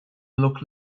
look